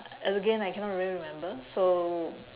as again I cannot really remember so